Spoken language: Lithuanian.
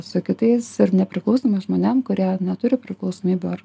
su kitais ir nepriklausomiem žmonėms kurie neturi priklausomybių ar